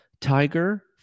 Tiger